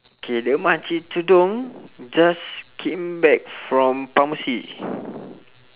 K the makcik tudung just came back from pharmacy